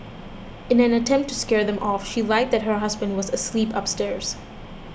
in an attempt to scare them off she lied that her husband was asleep upstairs